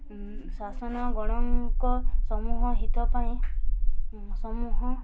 ଶାସନ ଗଣଙ୍କ ସମୂହ ହିତ ପାଇଁ ସମୂହ